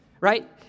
right